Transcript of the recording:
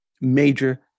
major